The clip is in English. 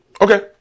okay